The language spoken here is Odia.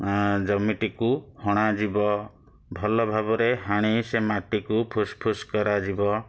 ଜମିଟିକୁ ହଣାଯିବ ଭଲଭାବରେ ହାଣି ସେ ମାଟିକୁ ଫୁସ୍ ଫୁସ୍ କରାଯିବ